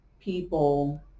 people